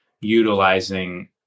utilizing